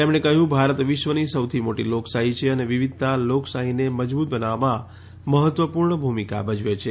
તેમણે કહ્યું ભારત વિશ્વની સૌથી મોટી લોકશાહી છે અને વિવિધતા લોકશાહીને મજબૂત બનાવવામાં મહત્વપૂર્ણ ભૂમિકા ભજવે છે